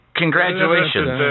congratulations